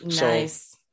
Nice